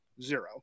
zero